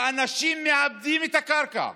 ואנשים מעבדים את הקרקע.